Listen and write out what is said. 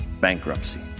bankruptcy